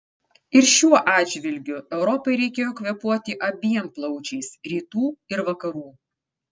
ir šiuo atžvilgiu europai reikėjo kvėpuoti abiem plaučiais rytų ir vakarų